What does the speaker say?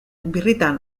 birritan